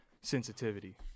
sensitivity